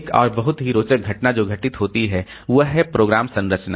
एक और बहुत ही रोचक घटना जो घटित होती है वह है प्रोग्राम संरचना